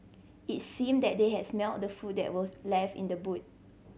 it seemed that they had smelt the food that were left in the boot